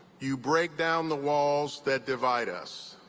you break down the walls that divide us.